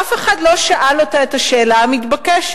אף אחד לא שאל אותה את השאלה המתבקשת,